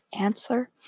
answer